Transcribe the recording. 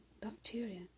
bacteria